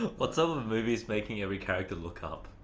what's up why movies making every character look up?